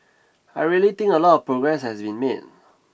I really think a lot of progress has been made